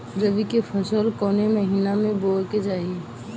रबी की फसल कौने महिना में बोवे के चाही?